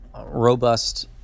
robust